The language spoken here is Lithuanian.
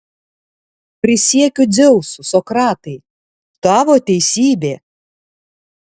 prisiekiu dzeusu sokratai tavo teisybė